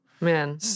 man